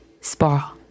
spa